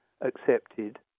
accepted